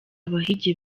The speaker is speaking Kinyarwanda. abahigi